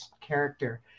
character